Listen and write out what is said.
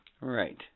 Right